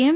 એમ